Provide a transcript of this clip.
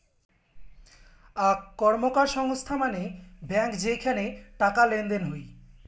আক র্কমকার সংস্থা মানে ব্যাঙ্ক যেইখানে টাকা লেনদেন হই